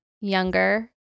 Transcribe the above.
Younger